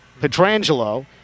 Petrangelo